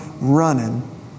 running